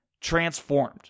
transformed